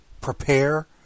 prepare